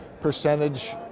percentage